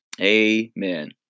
Amen